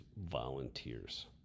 volunteers